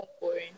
boring